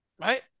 Right